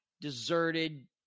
deserted